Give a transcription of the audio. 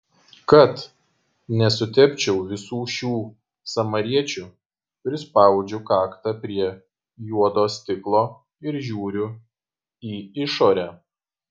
kad nesutepčiau visų šių samariečių prispaudžiu kaktą prie juodo stiklo ir žiūriu į išorę